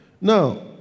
Now